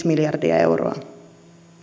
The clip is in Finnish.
miljardia euroa